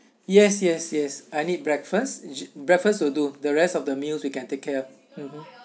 yes yes yes I need breakfast breakfast will do the rest of the meals we can take care mmhmm